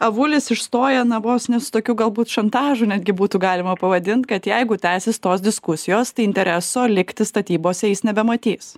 avulis išstoja na vos ne su tokiu galbūt šantažu netgi būtų galima pavadint kad jeigu tęsis tos diskusijos tai intereso likti statybose jis nebematys